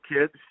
kids